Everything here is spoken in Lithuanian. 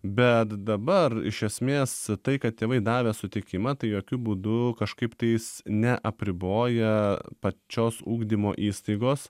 bet dabar iš esmės tai kad tėvai davė sutikimą tai jokiu būdu kažkaip tai jis neapriboja pačios ugdymo įstaigos